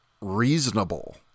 reasonable